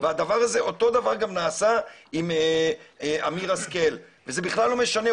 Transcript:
אותו דבר גם נעשה עם אמיר השכל וזה בכלל לא משנה,